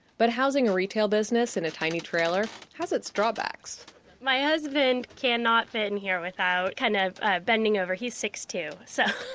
but housing a retail business in a tiny trailer has its drawbacks my husband cannot fit in here without kind of bending over. he's six zero two so